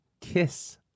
kiss